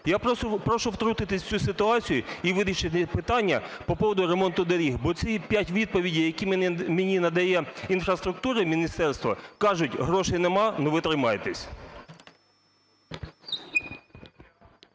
Я прошу втрутитися в цю ситуацію і вирішити питання по поводу ремонту доріг, бо ці 5 відповідей, які мені надає інфраструктури міністерство, кажуть: "Грошей немає, но ви тримайтесь".